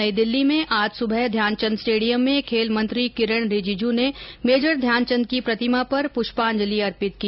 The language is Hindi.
नई दिल्ली में आज सुबह ध्यानचंद स्टेडियम में खेल मंत्री किरेन रिजीजू ने मेजर ध्यानचंद की प्रतिमा पर प्रष्पांजलि अर्पित की